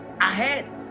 ahead